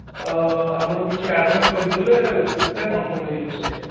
ଆପଣ କିଛି ଆଡ଼୍ଭାନ୍ସ୍ କରିଦେଲେ ବୁକ୍ଟା କନ୍ଫର୍ମ୍ ହୋଇଯିବ ସାର୍